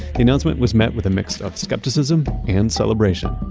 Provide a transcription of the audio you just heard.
the announcement was met with a mix of skepticism, and celebration.